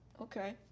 Okay